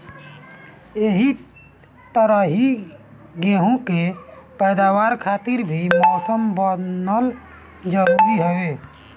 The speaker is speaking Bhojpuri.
एही तरही गेंहू के पैदावार खातिर भी मौसम बनल जरुरी हवे